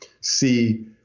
see